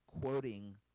quoting